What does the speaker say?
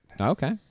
Okay